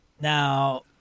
Now